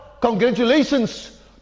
congratulations